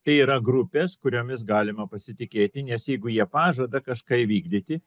tai yra grupės kuriomis galima pasitikėti nes jeigu jie pažada kažką įvykdyti